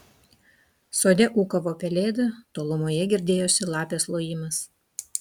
sode ūkavo pelėda tolumoje girdėjosi lapės lojimas